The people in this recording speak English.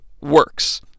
works